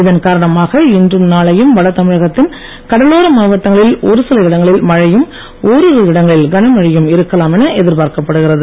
இதன் காரணமாக இன்றும் நாளையும் வட தமிழகத்தின் கடலோர மாவட்டங்களில் ஒருசில இடங்களில் மழையும் ஓரிரு இடங்களில் கன மழையும் இருக்கலாம் என எதிர்பார்க்கப் படுகிறது